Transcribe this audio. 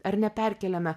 ar neperkeliame